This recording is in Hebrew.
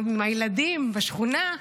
עם הילדים בשכונה,